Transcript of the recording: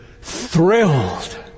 thrilled